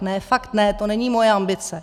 Ne, fakt ne, to není moje ambice.